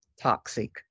toxic